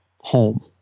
Home